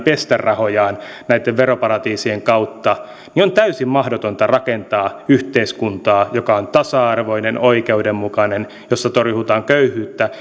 pestä rahojaan näitten veroparatiisien kautta niin on täysin mahdotonta rakentaa yhteiskuntaa joka on tasa arvoinen oikeudenmukainen jossa torjutaan köyhyyttä